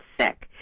sick